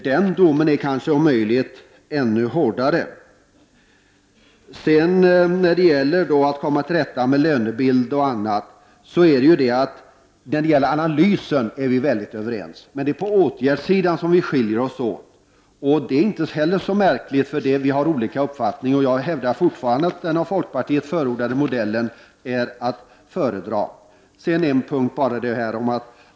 Den domen är om möjligt ännu hårdare. När det gäller att komma till rätta med lönebildning och annat kan jag säga att vi är överens om analysen, men vi skiljer oss på åtgärdssidan. Det är inte heller så märkligt, eftersom vi har olika uppfattning. Jag hävdar fortfarande att den av folkpartiet förordade modellen är att föredra.